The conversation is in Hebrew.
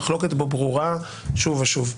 המחלוקת בו ברורה שוב ושוב.